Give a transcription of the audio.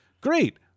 Great